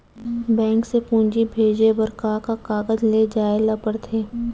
Bank से पूंजी भेजे बर का का कागज ले जाये ल पड़थे?